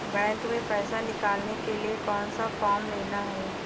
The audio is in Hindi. बैंक में पैसा निकालने के लिए कौन सा फॉर्म लेना है?